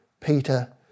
Peter